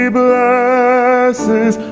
blesses